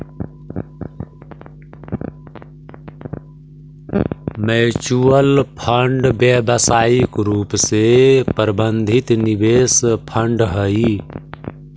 mutual fund व्यावसायिक रूप से प्रबंधित निवेश फंड हई